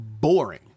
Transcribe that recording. boring